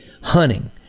hunting